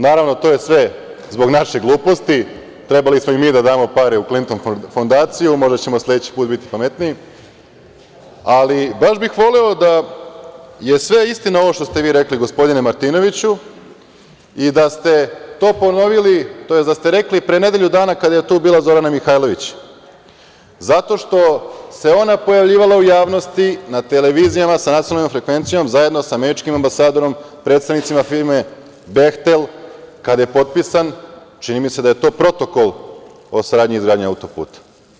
Naravno, to je sve zbog naše gluposti, trebali smo i mi da damo pare u Klinton fondaciju, možda ćemo sledeći put biti pametniji, ali baš bih voleo da je sve istina što ste vi rekli, gospodine Martinoviću, i da ste to ponovili tj. da ste rekli pre nedelju dana kada je bu tila Zorana Mihajlović, zato što se ona pojavljivala u javnosti, na televizijama sa nacionalnom frekvencijom zajedno sa američkim ambasadorom, predsednicima firme „Behtel“, kad je potpisan, čini mi se da je to protokol o saradnji i izgradi autoputa.